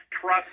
trust